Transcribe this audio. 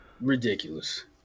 Ridiculous